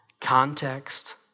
Context